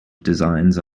designs